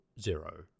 Zero